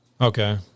Okay